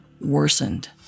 worsened